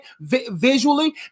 visually